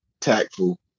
tactful